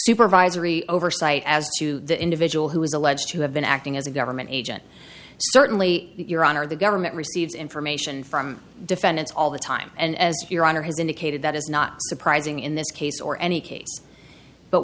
supervisory oversight as to the individual who is alleged to have been acting as a government agent certainly your honor the government receives information from defendants all the time and as your honor has indicated that is not surprising in this case or any case but